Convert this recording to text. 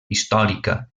històrica